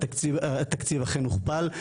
התקציב אכן הוכפל.